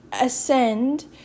ascend